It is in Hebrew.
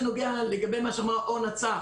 לגבי מה שאמרה אורנה צח,